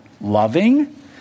loving